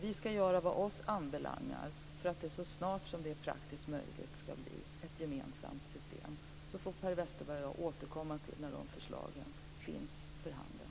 Vi ska göra vad som på oss ankommer för att det så snart som det är praktiskt möjligt ska bli ett gemensamt system. Så får Per Westerberg och jag återkomma till förslagen när de är för handen.